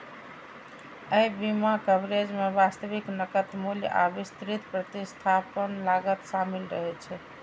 अय बीमा कवरेज मे वास्तविक नकद मूल्य आ विस्तृत प्रतिस्थापन लागत शामिल रहै छै